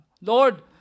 Lord